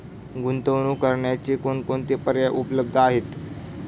गुंतवणूक करण्याचे कोणकोणते पर्याय उपलब्ध आहेत?